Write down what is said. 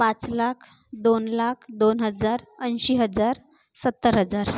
पाच लाख दोन लाख दोन हजार ऐंशी हजार सत्तर हजार